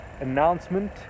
announcement